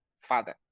Father